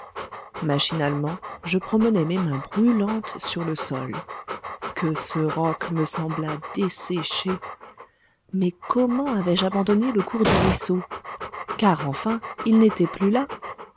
machinalement je promenai mes mains brûlantes sur le sol que ce roc me sembla desséché mais comment avais-je abandonné le cours du ruisseau car enfin il n'était plus là